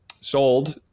sold